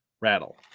Rattle